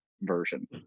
version